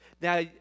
Now